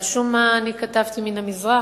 על שום מה כתבתי מהמזרח?